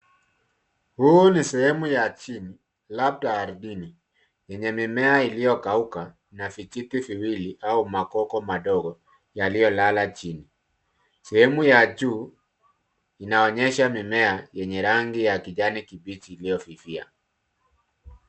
Huu ni sehemu ya chini labda ardhini yenye mimea iliyo kauka na vijiti viwili au magogo madogo yaliyo lala chini. Sehemu ya juu inaonyesha mimea yenye rangi ya kijani kibichi iliyo fifia.